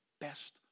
best